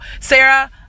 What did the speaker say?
Sarah